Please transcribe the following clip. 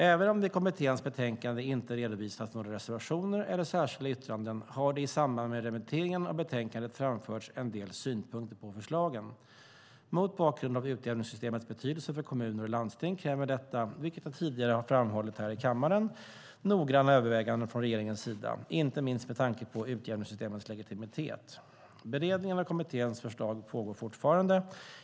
Även om det i kommitténs betänkande inte redovisas några reservationer eller särskilda yttranden, har det i samband med remitteringen av betänkandet framförts en del synpunkter på förslagen. Mot bakgrund av utjämningssystemets betydelse för kommuner och landsting kräver detta, vilket jag tidigare har framhållit här i kammaren, noggranna överväganden från regeringens sida, inte minst med tanke på utjämningssystemets legitimitet. Beredningen av kommitténs förslag pågår fortfarande.